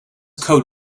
coat